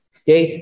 okay